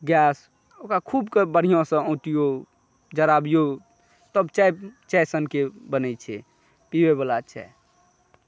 gas ओकरा ख़ूबके बढ़िआँसँ ओँ टिऔ ज़राबिऔ तब चाय चाय सनके बनै छै पिबयवला चाय